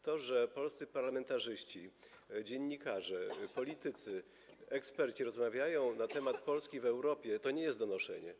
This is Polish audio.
To, że polscy parlamentarzyści, dziennikarze, politycy, eksperci rozmawiają na temat Polski w Europie, to nie jest donoszenie.